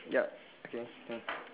yup okay ya